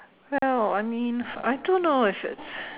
well I mean I don't know if it's